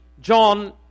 John